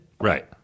Right